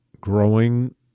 growing